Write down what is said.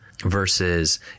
versus